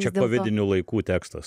čia kovidinių laikų tekstas